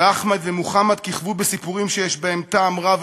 ואחמד ומוחמד כיכבו בסיפורים שיש בהם טעם רע,